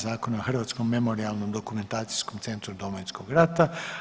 Zakona o Hrvatskom memorijalno dokumentacijskom centru Domovinskog rata.